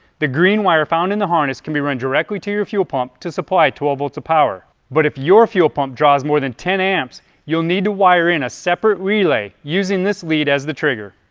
the green found in the harness can be run directly to your fuel pump to supply twelve volts of power. but if your fuel pump draws more than ten amps, you'll need to wire in separate relay using this lead as the trigger.